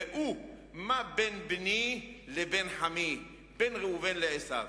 ראו מה בין בני לבין בן-חמי, בין ראובן לבין עשו.